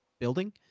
building